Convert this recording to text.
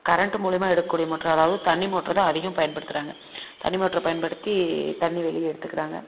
current மூலியமாக எடுக்கக்கூடிய motor அதாவது தண்ணி மோட்ரு தான் அதிகம் பயன்படுத்துறாங்க தண்ணி மோட்ரை பயன்படுத்தி தண்ணி வெளியே எடுத்துக்குறாங்க